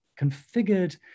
configured